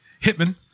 Hitman